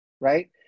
right